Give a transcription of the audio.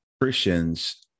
Christians